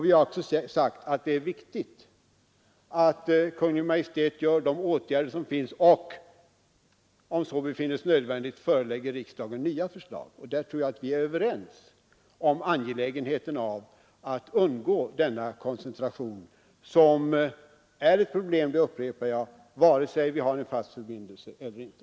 Vi har också sagt att det är viktigt att Kungl. Maj:t vidtar de åtgärder som behövs och om så befinnes nödvändigt förelägger riksdagen nya förslag. Jag tror sålunda att vi är överens om angelägenheten av att undgå denna koncentration, som är ett problem — det upprepar jag — vare sig vi har en fast förbindelse eller inte.